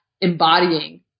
embodying